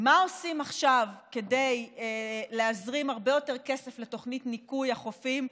מה עושים עכשיו כדי להזרים הרבה יותר כסף לתוכנית ניקוי החופים,